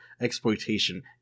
exploitation